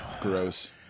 Gross